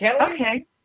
Okay